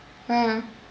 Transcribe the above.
ah